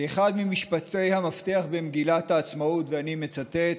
אחד ממשפטי המפתח במגילת העצמאות, ואני מצטט: